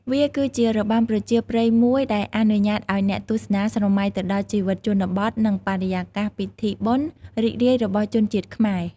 វាគឺជារបាំប្រជាប្រិយមួយដែលអនុញ្ញាតឲ្យអ្នកទស្សនាស្រមៃទៅដល់ជីវិតជនបទ និងបរិយាកាសពិធីបុណ្យរីករាយរបស់ជនជាតិខ្មែរ។